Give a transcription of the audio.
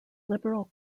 liberal